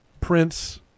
Prince